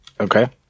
Okay